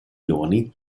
ioni